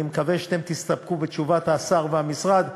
אני מקווה שאתם תסתפקו בתשובת השר והמשרד,